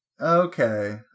Okay